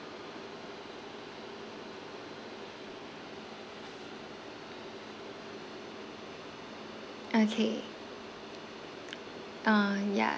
okay uh yeah